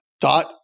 dot